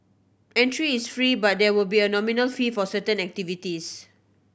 entry is free but there will be a nominal fee for certain activities